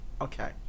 okay